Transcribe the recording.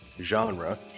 genre